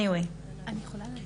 אני יכולה לענות?